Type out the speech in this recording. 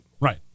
Right